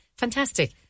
fantastic